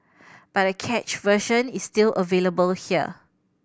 but a cached version is still available here